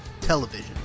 television